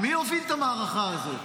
מי הוביל את המערכה הזאת?